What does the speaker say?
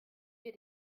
wir